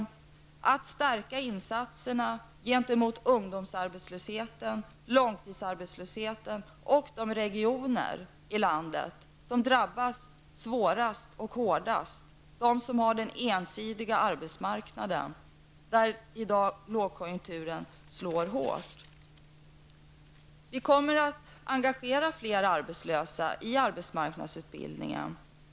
Vi kommer att stärka insatserna när det gäller ungdomsarbetslösheten och långtidsarbetslösheten och när det gäller de regioner i landet som drabbas svårast och hårdast: de som har den ensidiga arbetsmarknaden. Vi kommer att engagera fler arbetslösa i arbetsmarknadsutbildningen.